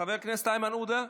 חבר הכנסת איימן עודה,